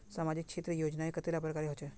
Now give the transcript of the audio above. सामाजिक क्षेत्र योजनाएँ कतेला प्रकारेर होचे?